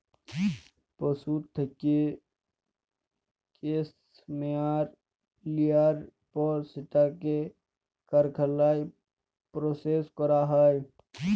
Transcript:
পশুর থ্যাইকে ক্যাসমেয়ার লিয়ার পর সেটকে কারখালায় পরসেস ক্যরা হ্যয়